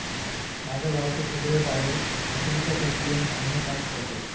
माझ्या गावचे सगळे बायो हासडुच्या प्रक्रियेन धान्य साफ करतत